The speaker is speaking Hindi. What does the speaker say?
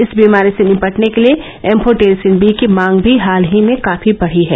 इस बीमारी से निपटने के लिए एम्फोटेरिसिन बी की मांग भी हाल ही में काफी बढ़ी है